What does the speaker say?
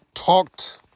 Talked